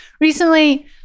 recently